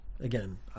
Again